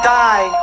die